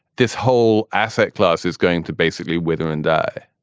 this whole asset class is going to basically wither and die?